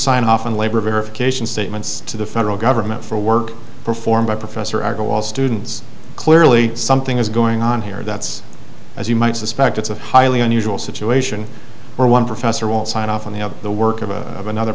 sign off on labor verification statements to the federal government for work performed by professor echo all students clearly something is going on here that's as you might suspect it's a highly unusual situation where one professor will sign off on the of the work of a of another